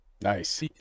Nice